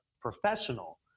professional